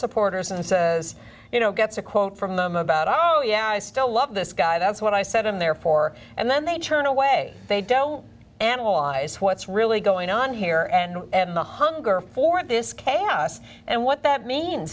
supporters and says you know gets a quote from them about oh yeah i still love this guy that's what i said in there or d and then they turn away they don't analyze what's really going on here and the hunger for this chaos and what that means